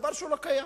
דבר שהוא לא קיים.